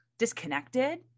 disconnected